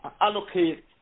allocate